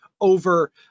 over